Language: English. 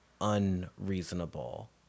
unreasonable